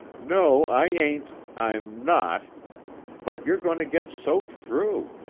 no, i ain't i'm not but you're goin' to get soaked through!